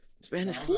Spanish